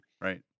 right